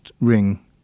ring